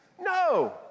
No